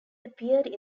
appeared